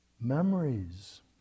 memories